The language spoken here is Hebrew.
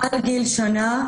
עד גיל שנה,